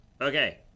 Okay